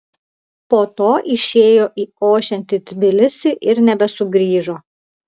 po to išėjo į ošiantį tbilisį ir nebesugrįžo